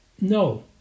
No